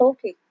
Okay